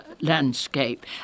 landscape